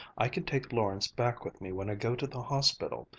i can take lawrence back with me when i go to the hospital.